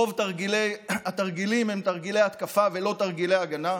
רוב התרגילים הם תרגילי התקפה ולא תרגילי הגנה.